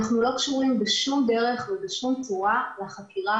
אנחנו לא קשורים בשום דרך ובשום צורה לחקירה